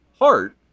Heart